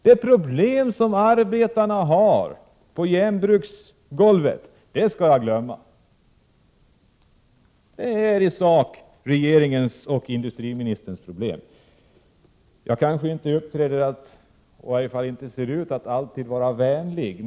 De problem som arbetarna på järnbruksgolvet har skall jag alltså glömma — det är i sak regeringens och industriministerns råd. Jag uppträder inte alltid vänligt, och jag ser väl framför allt inte vänlig ut.